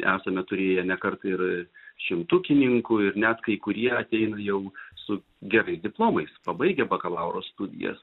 esame turėję ne kart ir šimtukininkų ir net kai kurie ateina jau su gerais diplomais pabaigę bakalauro studijas